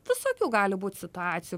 visokių gali būt situacijų